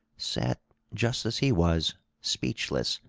sat just as he was, speechless,